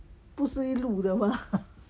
不是一路的吗